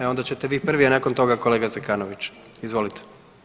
E onda ćete vi prvi, a nakon toga kolega Zekanović, izvolite.